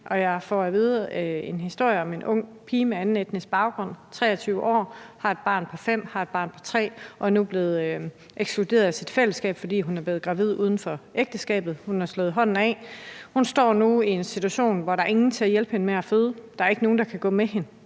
Jeg fik fortalt en historie om en ung pige med anden etnisk baggrund på 23 år, der har et barn på 5 år og et barn på 3 år, og som nu er blevet ekskluderet fra sit fællesskab, fordi hun er blevet gravid uden for ægteskab. Man har slået hånden af hende. Hun står nu i en situation, hvor der ingen er til at hjælpe hende med at føde. Der er ikke nogen, der kan gå med hende,